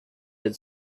had